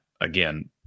Again